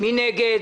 מי נגד?